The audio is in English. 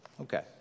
Okay